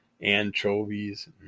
anchovies